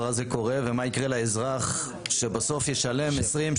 הזה קורה ומה יקרה לאזרח שבסוף ישלם 20%,